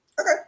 Okay